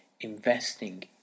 investing